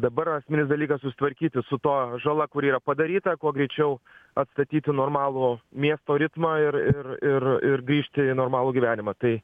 dabar esminis dalykas susitvarkyti su tuo žala kuri yra padaryta kuo greičiau atstatyti normalų miesto ritmą ir ir ir ir grįžti į normalų gyvenimą tai